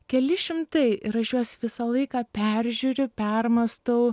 keli šimtai ir aš juos visą laiką peržiūriu permąstau